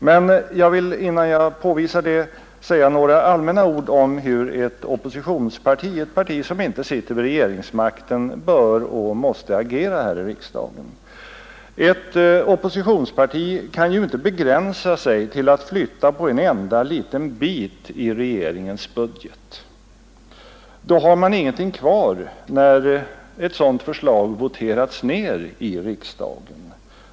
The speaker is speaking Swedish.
Men innan jag påvisar det, vill jag säga några allmänna ord om hur ett oppositionsparti, alltså ett parti som inte sitter vid regeringsmakten, bör och måste agera här i riksdagen. Ett oppositionsparti kan inte begränsa sig till att flytta på en enda liten bit i regeringens budget. Då har man ingenting kvar när förslaget voterats ned i riksdagen.